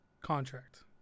contract